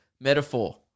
metaphor